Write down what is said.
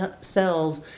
cells